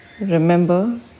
Remember